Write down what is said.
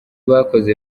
bakoze